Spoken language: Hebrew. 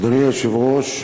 אדוני היושב-ראש,